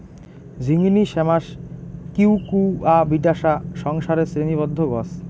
ঝিঙ্গিনী শ্যামাস কিউকুয়াবিটাশা সংসারের শ্রেণীবদ্ধ গছ